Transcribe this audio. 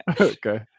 okay